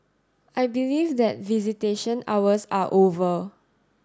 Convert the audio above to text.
I believe that visitation hours are over